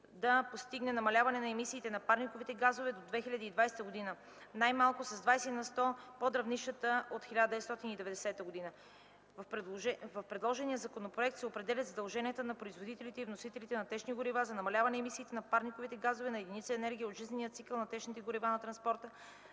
да постигне намаляване на емисиите на парникови газове до 2020 г. най-малко с 20 на сто под равнищата от 1990 г. В предложения законопроект се определят задълженията на производителите и вносителите на течни горива за намаляване емисиите на парникови газове на единица енергия от целия жизнен цикъл на течните горива за транспорта;